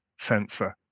sensor